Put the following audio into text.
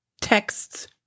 texts